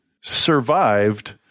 survived